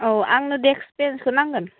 औ आंनो डेक्स बेन्सखौ नांगोन